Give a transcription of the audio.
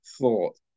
thought